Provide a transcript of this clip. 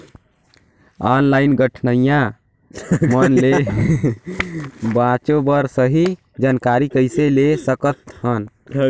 Online ठगईया मन ले बांचें बर सही जानकारी कइसे ले सकत हन?